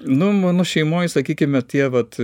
nu mano šeimoj sakykime tie vat